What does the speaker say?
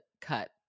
cut